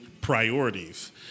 priorities